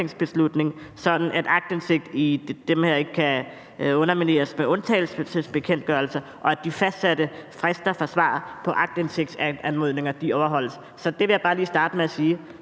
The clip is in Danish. sådan at aktindsigt i dem ikke kan undermineres ved undtagelsesbekendtgørelser, og at de fastsatte frister for svar på aktindsigtsanmodninger overholdes. Så det vil jeg bare lige starte med at sige.